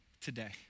today